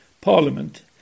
Parliament